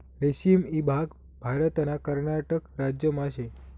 रेशीम ईभाग भारतना कर्नाटक राज्यमा शे